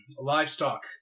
livestock